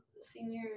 senior